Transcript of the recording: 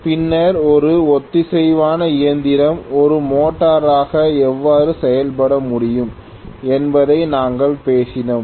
பின்னர் ஒரு ஒத்திசைவான இயந்திரம் ஒரு மோட்டராக எவ்வாறு செயல்பட முடியும் என்பதையும் நாங்கள் பேசினோம்